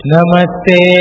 Namaste